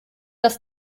das